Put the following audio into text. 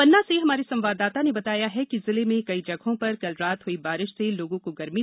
पन्ना से हमारे संवाददाता ने बताया है कि जिले में मे कई जगहों पर कल रात हुई बारिश से लोगो को गर्मी से राहत मिली